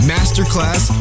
Masterclass